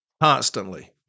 constantly